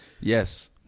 yes